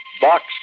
Box